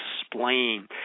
explain